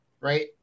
right